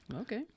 Okay